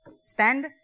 Spend